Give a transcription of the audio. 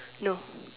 no